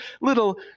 little